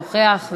נוכח.